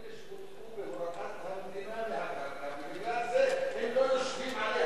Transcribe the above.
אלה שהוצאו בהוראת המדינה מהקרקע ובגלל זה הם לא יושבים עליה.